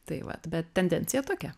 tai vat bet tendencija tokia